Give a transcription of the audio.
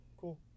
cool